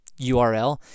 URL